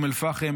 אום אל-פחם,